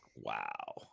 wow